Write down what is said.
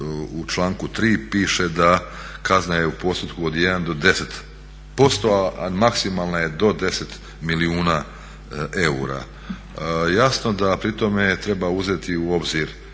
u članku 3. piše da kazna je u postotku od 1 do 10% a maksimalna je do 10 milijuna eura. Jasno da pri tome treba uzeti u obzir